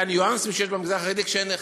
הניואנסים שיש במגזר החרדי כשאין אחד?